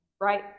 right